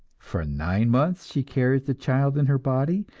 for nine months she carries the child in her body,